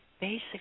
basic